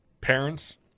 parents